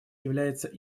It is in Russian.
является